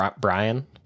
Brian